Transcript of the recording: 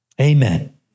Amen